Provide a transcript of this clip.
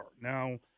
Now